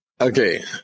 Okay